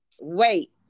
Wait